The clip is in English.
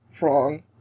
wrong